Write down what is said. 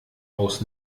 aus